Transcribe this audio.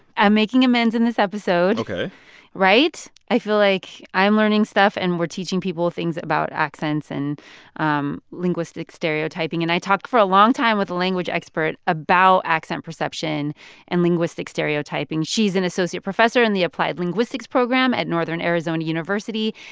i'm making amends in this episode ok right? i feel like i'm learning stuff, and we're teaching people things about accents and um linguistic stereotyping. and i talked for a long time with a language expert about accent perception and linguistic linguistic stereotyping. she's an associate professor in the applied linguistics program at northern arizona university,